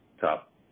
top